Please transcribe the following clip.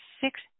six